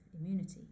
immunity